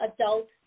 adult